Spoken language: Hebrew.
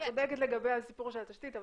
את צודקת לגבי הסיפור של התשתית,